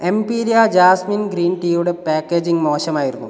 എംപീരിയ jasmine green ടീയുടെ packaging മോശമായിരുന്നു